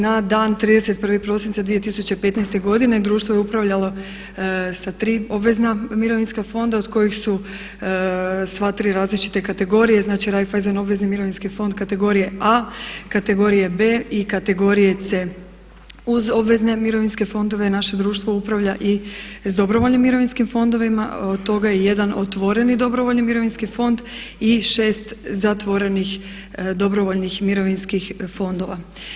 Na dan 31. prosinca 2015. godine društvo je upravljalo sa tri obvezna mirovinska fonda od kojih su sva tri različite kategorije, znači Raiffeisen obvezni mirovinski fon kategorije A, kategorije B i kategorije C. Uz obvezne mirovinske fondove naše društvo upravlja i sa dobrovoljnim mirovinskim fondovima, od toga je jedan otvoreni dobrovoljni mirovinski fond i 6 zatvorenih dobrovoljnih mirovinskih fondova.